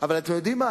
אבל אתם יודעים מה,